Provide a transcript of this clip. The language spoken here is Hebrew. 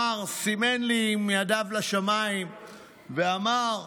סימן לי עם ידיו לשמיים ואמר: